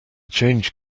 change